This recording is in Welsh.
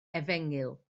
efengyl